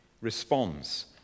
responds